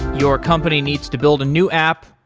your company needs to build a new app,